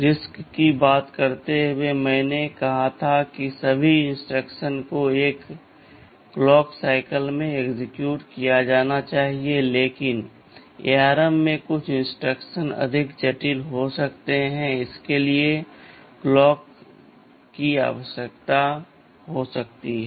RISC की बात करते हुए मैंने कहा था कि सभी इंस्ट्रक्शंस को एक ही घड़ी चक्र में एक्सेक्यूट किया जाना चाहिए लेकिन ARM में कुछ इंस्ट्रक्शन अधिक जटिल हो सकते हैं इसके लिए कई क्लॉक की आवश्यकता हो सकती है